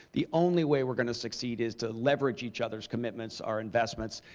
the only way we're going to succeed is to leverage each other's commitments, our investments,